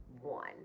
one